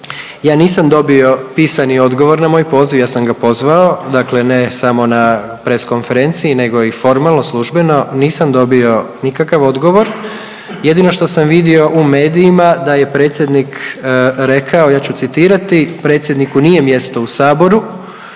Ja nisam dobio pisani odgovor na moj poziv, ja sam ga pozvao, dakle ne samo na press konferenciji nego i formalno, službeno, nisam dobio nikakav odgovor. Jedino što sam vidio u medijima da je predsjednik rekao, ja ću citirati, predsjedniku nije mjesto u Saboru,